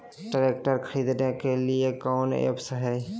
Tractor खरीदने के लिए कौन ऐप्स हाय?